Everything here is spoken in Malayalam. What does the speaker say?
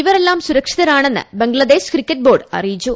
ഇവരെല്ലാം സുരക്ഷിതരാണെന്ന് ബംഗ്ലാദേശ് ക്രിക്കറ്റ് ബോർഡ് അറിയിച്ചു